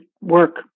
work